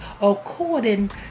according